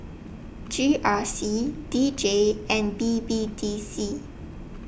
G R C D J and B B D C